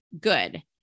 good